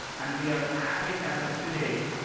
and we are adding, as of today,